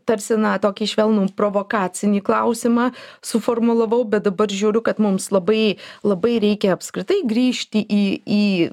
tarsi na tokį švelnų provokacinį klausimą suformulavau bet dabar žiūriu kad mums labai labai reikia apskritai grįžti į į